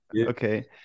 Okay